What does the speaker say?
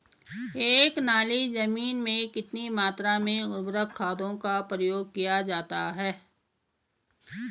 एक नाली जमीन में कितनी मात्रा में उर्वरक खादों का प्रयोग किया जाता है?